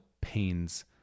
pains